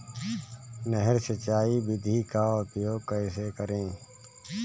नहर सिंचाई विधि का उपयोग कैसे करें?